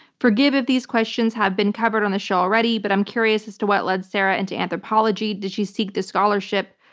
forgive if these questions have been covered on a show already, but i'm curious as to what led sarah into anthropology. did she seek the scholarship?